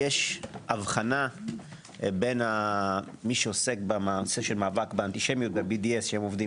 יש הבחנה בין מי שעוסק במאבק באנטישמיות ב-BDS שעובדים